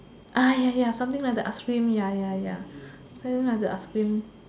ah ya ya something like the ice cream ya ya ya something like the ice cream